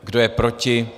Kdo je proti?